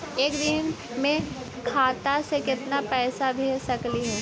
एक दिन में खाता से केतना पैसा भेज सकली हे?